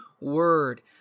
word